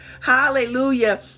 hallelujah